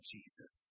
Jesus